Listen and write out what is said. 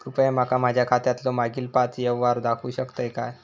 कृपया माका माझ्या खात्यातलो मागील पाच यव्हहार दाखवु शकतय काय?